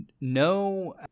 No